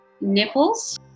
nipples